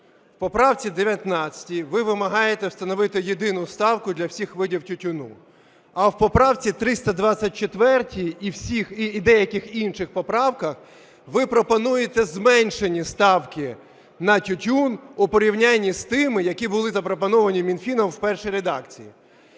В поправці 19 ви вимагаєте встановити єдину ставку для всіх видів тютюну. А в поправці 324 і деяких інших поправках ви пропонуєте зменшені ставки на тютюн у порівнянні з тими, які були запропоновані Мінфіном в першій редакції.